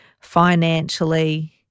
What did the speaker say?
financially